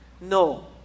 No